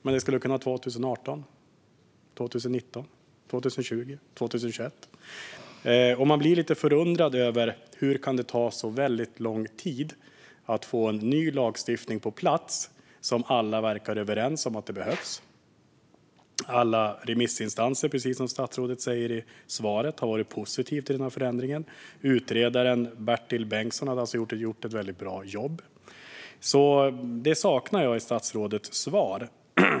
Det skulle kunna vara 2018, 2019, 2020 eller 2021. Man blir lite förundrad över hur det kan ta så väldigt lång tid att få en ny lagstiftning på plats när alla verkar vara överens om att den behövs. Precis som statsrådet sa i svaret har alla remissinstanser varit positiva till denna förändring. Utredaren Bertil Bengtsson hade alltså gjort ett väldigt bra jobb. Detta saknar jag i statsrådets svar.